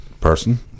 person